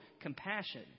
compassion